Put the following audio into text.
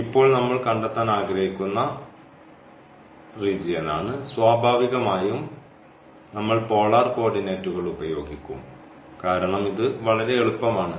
ഇപ്പോൾ ഞങ്ങൾ കണ്ടെത്താൻ ആഗ്രഹിക്കുന്ന പ്രദേശമാണ് സ്വാഭാവികമായും ഞങ്ങൾ പോളാർ കോർഡിനേറ്റുകൾ ഉപയോഗിക്കും കാരണം ഇത് വളരെ എളുപ്പമാണ്